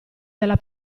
della